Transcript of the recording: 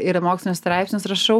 ir mokslinius straipsnius rašau